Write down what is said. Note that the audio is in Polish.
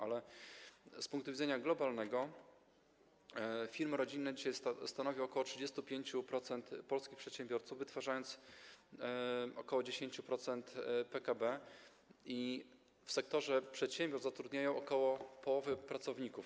Ale z punktu widzenia globalnego firmy rodzinne stanowią dzisiaj ok. 35% polskich przedsiębiorców, wytwarzając ok. 10% PKB, i w sektorze przedsiębiorstw zatrudniają ok. połowy pracowników.